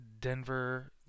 Denver